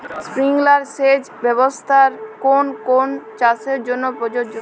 Sprinkler সেচ ব্যবস্থার কোন কোন চাষের জন্য প্রযোজ্য?